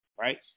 right